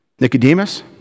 Nicodemus